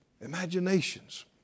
imaginations